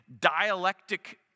dialectic